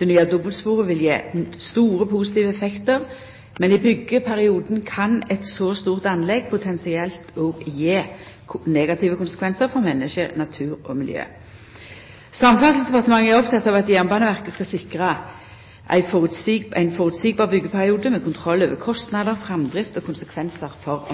Det nye dobbeltsporet vil gje store positive effektar, men i byggjeperioden kan eit så stort anlegg potensielt òg ha negative konsekvensar for menneske, natur og miljø. Samferdselsdepartementet er oppteke av at Jernbaneverket skal sikra ein føreseieleg byggjeperiode med kontroll over kostnader, framdrift og